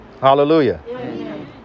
Hallelujah